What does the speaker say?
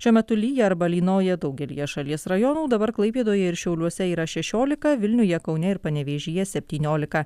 šiuo metu lyja arba lynoja daugelyje šalies rajonų dabar klaipėdoje ir šiauliuose yra šešiolika vilniuje kaune ir panevėžyje septyniolika